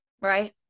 right